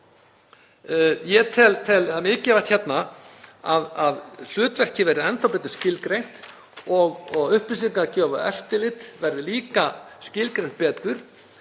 Það er mikilvægt hérna að hlutverkið verði enn þá betur skilgreint og upplýsingagjöf og eftirlit verði líka skilgreint betur